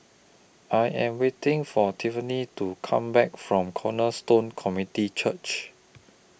I Am waiting For Tiffani to Come Back from Cornerstone Community Church